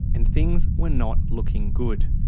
and things were not looking good.